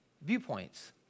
viewpoints